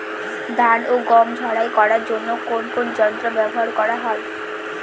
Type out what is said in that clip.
ধান ও গম ঝারাই করার জন্য কোন কোন যন্ত্র ব্যাবহার করা হয়?